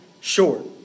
short